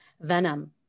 venom